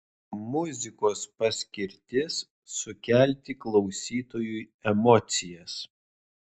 muzikos paskirtis sukelti klausytojui emocijas